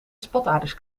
spataders